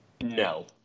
No